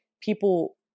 people